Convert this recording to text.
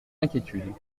inquiétudes